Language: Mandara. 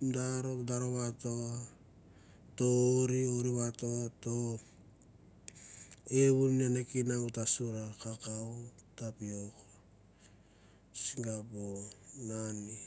Dar dar vat oir vato iau ma e kinag gor ta nor kakau ma tapiok. singapo. mami